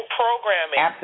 programming